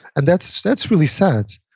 and that's that's really sad.